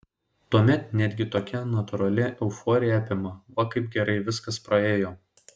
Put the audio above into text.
tuomet netgi tokia natūrali euforija apima va kaip gerai viskas praėjo